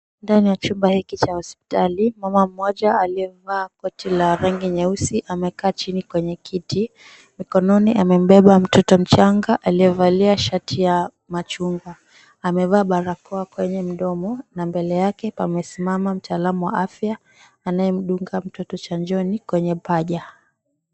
Ndani ya chumba hiki cha hospitali mama mmoja aliyevaa koti la rangi nyeusi amekaa chini kwenye kiti mikononi amembeba mtoto mchanga aliyevalia shati ya machungwa. Amevaa barakoa kwenye mdomo na mbele yake pamesimama mtaalamu wa afya anayemdunga mtoto chanjo kwenye paja.